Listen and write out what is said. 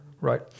Right